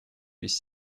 весь